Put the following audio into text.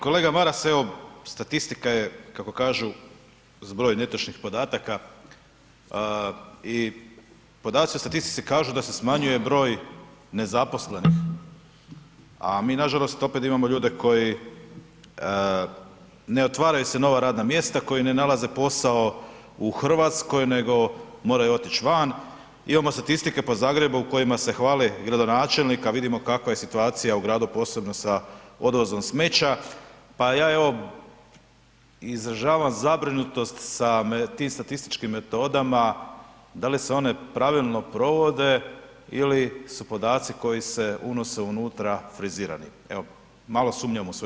Kolega Maras, evo statistika je, kako kažu, zbroj netočnih podataka i podaci u statistici kažu da se smanjuje broj nezaposlenih, a mi nažalost opet imamo ljude koji, ne otvaraju se nova radna mjesta, koji ne nalaze posao u RH nego moraju otić van, imamo statistike po Zagrebu u kojima se hvale gradonačelnik, a vidimo kakva je situacija u gradu, posebno sa odvozom smeća, pa ja evo izražavam zabrinutost sa tim statističkim metodama da li se one pravilno provode ili su podaci koji se unose unutra frizirani, evo malo sumnjam u sve to, hvala.